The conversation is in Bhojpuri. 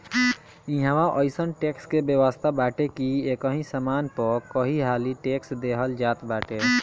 इहवा अइसन टेक्स के व्यवस्था बाटे की एकही सामान पअ कईहाली टेक्स देहल जात बाटे